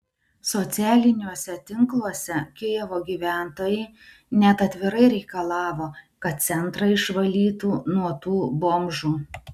socialiniuose tinkluose kijevo gyventojai net atvirai reikalavo kad centrą išvalytų nuo tų bomžų